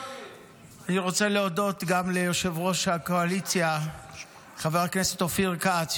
אני רוצה להודות גם ליושב-ראש הקואליציה חבר הכנסת אופיר כץ,